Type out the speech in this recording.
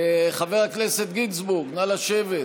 חבר הכנסת גינזבורג, נא לשבת.